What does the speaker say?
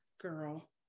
girl